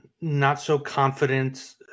not-so-confident